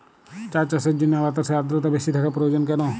চা চাষের জন্য বাতাসে আর্দ্রতা বেশি থাকা প্রয়োজন কেন?